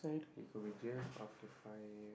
he could be jailed for up to five years